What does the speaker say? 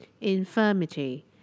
Infirmity